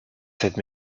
cette